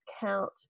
count